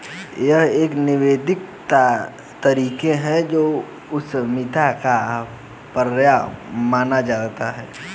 यह एक निवेदित तरीके की उद्यमिता का पर्याय माना जाता रहा है